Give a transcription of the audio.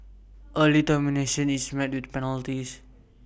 early termination is met with penalties